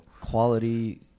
quality